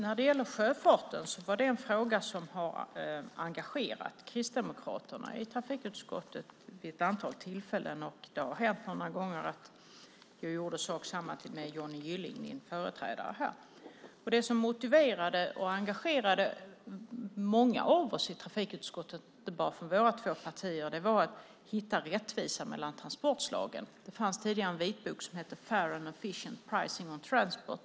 Fru talman! Sjöfarten är en fråga som har engagerat Kristdemokraterna i trafikutskottet vid ett antal tillfällen. Det har hänt några gånger att jag gjort gemensam sak med Johnny Gylling, din företrädare här. Det som motiverade och engagerade många av oss i trafikutskottet, inte bara i våra två partier, var att vi ville hitta rättvisa mellan transportslagen. Det fanns tidigare en vitbok som hette Fair and efficient pricing in transport .